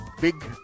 big